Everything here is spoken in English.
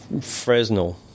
Fresnel